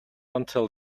until